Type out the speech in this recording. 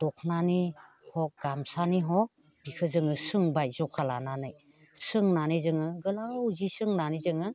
दखनानि हक गामसानि हक बेखौ जोङो सोंबाय जखा लानानै सोंनानै जोङो गोलाव सि सोंनानै जोङो